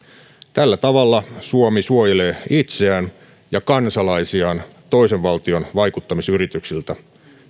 tällä tavalla suomi suojelee itseään ja kansalaisiaan toisen valtion vaikuttamisyrityksiltä